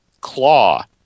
claw